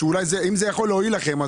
אם זה יכול להועיל לכם,